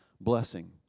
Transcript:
blessing